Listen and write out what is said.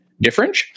different